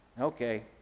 Okay